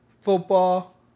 football